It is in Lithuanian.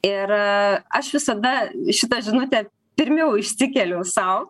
ir aš visada šitą žinutę pirmiau išsikeliu sau